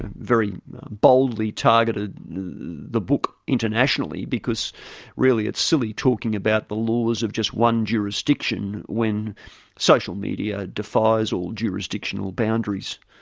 very boldly targeted the book internationally, because really it's silly talking about the laws of just one jurisdiction when social media defies all jurisdictional boundaries.